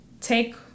Take